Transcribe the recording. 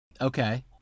Okay